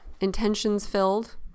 intentions-filled